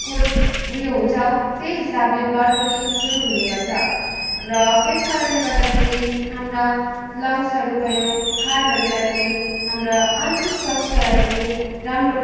को उयो हुन्छ त्यही हिसाबले ब्लड पनि फ्ल्युड हुने गर्छ र त्यस कारणले गर्दाखेरि हाम्रा लङ्गसहरू भयो हार्टहरूलाई पनि हाम्रा आन्तरिक स्वास्थ्यलाई पनि राम्रो